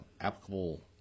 applicable